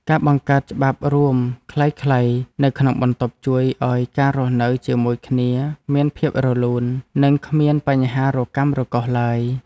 ការបង្កើតច្បាប់រួមខ្លីៗនៅក្នុងបន្ទប់ជួយឱ្យការរស់នៅជាមួយគ្នាមានភាពរលូន និងគ្មានបញ្ហារកាំរកូសឡើយ។